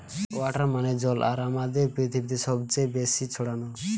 water মানে জল আর আমাদের পৃথিবীতে সবচে বেশি ছড়ানো